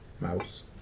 mouse